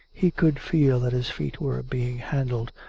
he could feel that his feet were being handled,